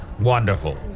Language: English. Wonderful